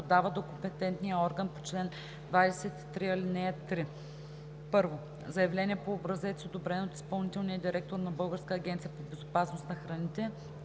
подава до компетентния орган по чл. 23, ал. 3: 1. заявление по образец, одобрен от изпълнителния директор на Българската агенция по безопасност на храните;